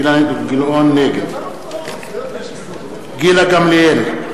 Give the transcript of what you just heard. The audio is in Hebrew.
נגד גילה גמליאל,